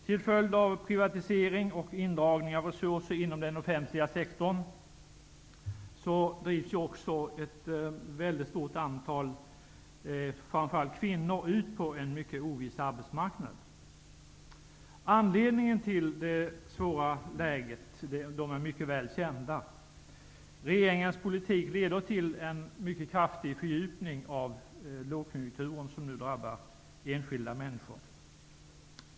Till följd av privatisering och indragningar av resurser inom den offentliga sektorn drivs ett väldigt stort antal människor, framför allt kvinnor, ut på en mycket oviss arbetsmarknad. Anledningen till det svåra läget är mycket välkänd. Regeringens politik leder till en mycket kraftig fördjupning av den lågkonjunktur som nu drabbar enskilda människor.